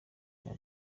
bya